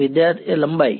વિદ્યાર્થી લંબાઈ